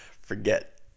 forget